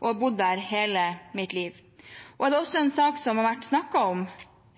og ha bodd der hele mitt liv, og er det en sak som også har vært snakket om